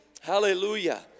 Hallelujah